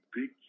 big